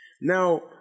Now